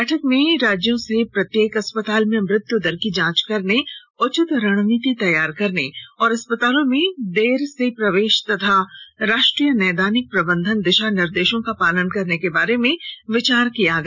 बैठक में राज्यों से प्रत्येक अस्पताल में मृत्यु दर की जांच करने उचित रणनीति तैयार करने और अस्पतालों में देर से प्रवेश तथा राष्ट्रीय नैदानिक प्रबंधन दिशा निर्देशों का पालन करने के बारे में विचार किया गया